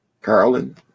Carlin